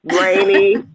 Rainy